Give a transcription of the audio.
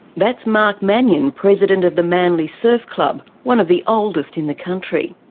that's marc manion, president of the manly surf club, one of the oldest in the country.